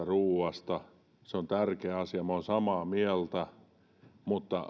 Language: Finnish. ruoasta se on tärkeä asia minä olen samaa mieltä mutta